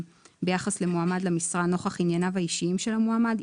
ביחס למועמד למשרה נוכח ענייניו האישיים של המועמד,